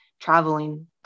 traveling